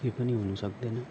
केही पनि हुनु सक्दैन